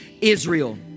Israel